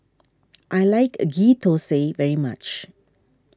I like a Ghee Thosai very much